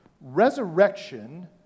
Resurrection